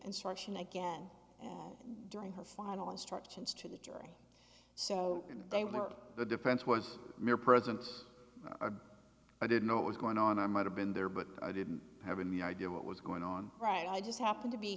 instruction again as during her final instructions to the jury so they were the defense was mere presence or i didn't know what was going on i might have been there but i didn't have any idea what was going on right i just happened to be